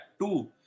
Two